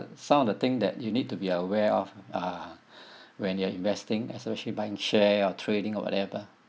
some of the thing that you need to be aware of uh when you're investing especially buying share or trading or whatever